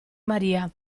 maria